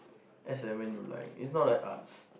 as and when you like it's not like arts